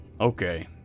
Okay